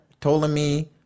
Ptolemy